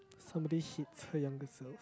somebody hates her younger self